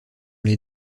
les